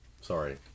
Sorry